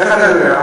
איך אתה יודע?